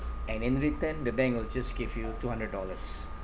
and in return the bank will just give you two hundred dollars